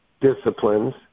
disciplines